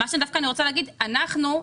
אני רוצה לומר שאנחנו,